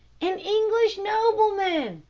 an english nobleman,